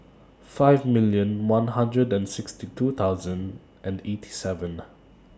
five million one hundred and sixty two thousand and eighty seven